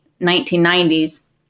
1990s